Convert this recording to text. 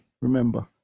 Remember